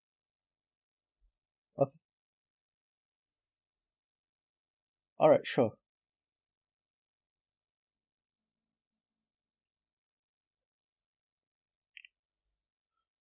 o~ alright sure